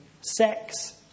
sex